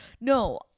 No